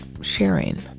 sharing